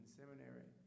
seminary